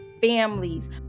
families